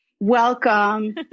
Welcome